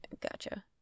gotcha